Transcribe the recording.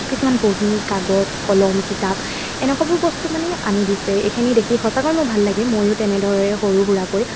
কিছুমান বহি কাগজ কলম কিতাপ এনেকুৱাবোৰ বস্তু মানে আনি দিছে এইখিনি দেখি সঁচাকৈ মই ভাল লাগে ময়ো তেনেদৰে সৰু সুৰাকৈ